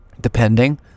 depending